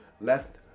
left